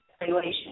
evaluation